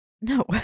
No